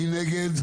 מי נגד?